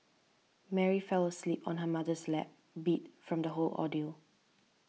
Mary fell asleep on her mother's lap beat from the whole ordeal